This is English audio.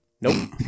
Nope